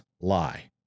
lie